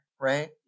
Right